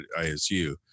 ISU